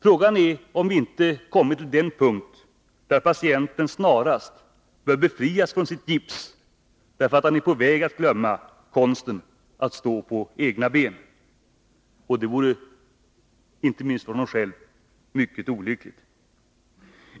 Frågan är om vi inte kommit till den punkt där patienten snarast bör befrias från sitt gips, därför att han är på väg att glömma konsten att stå på egna ben — och det vore, inte minst för honom själv, mycket olyckligt.